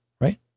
right